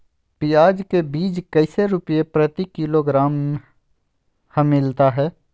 प्याज के बीज कैसे रुपए प्रति किलोग्राम हमिलता हैं?